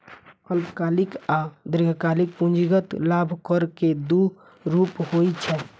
अल्पकालिक आ दीर्घकालिक पूंजीगत लाभ कर के दू रूप होइ छै